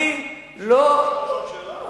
אני לא חושב, אפשר לשאול שאלה?